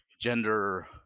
gender